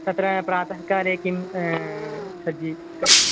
तत्र प्रातःकाले किं सज्जीकरणं